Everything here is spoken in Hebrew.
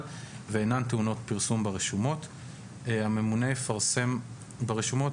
ואינן טעונות פרסום ברשומות; הממונה יפרסם ברשומות